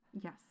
Yes